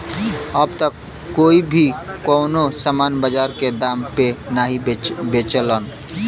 अब त कोई भी कउनो सामान बाजार के दाम पे नाहीं बेचलन